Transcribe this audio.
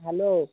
hello